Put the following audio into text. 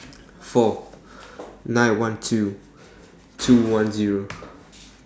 four nine one two two one Zero